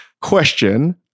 question